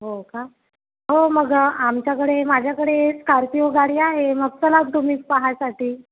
हो का हो मग आमच्याकडे माझ्याकडे स्कार्पिओ गाडी आहे मग चला तुम्ही पाहण्यासाठी